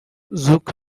zouk